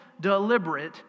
deliberate